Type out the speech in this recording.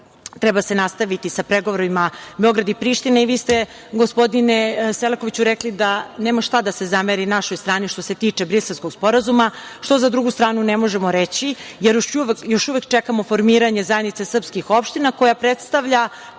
Treba se nastaviti sa pregovorima Beograda i Prištine, i vi ste gospodine Selakoviću rekli da nema šta da se zameri našoj strani što se tiče Briselskog sporazuma, što za drugu stranu ne možemo reći, jer još uvek čekamo formiranje zajednice srpskih opština koja predstavlja